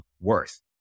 worth